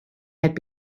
had